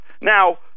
Now